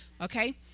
okay